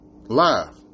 live